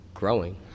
Growing